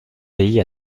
pays